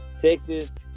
Texas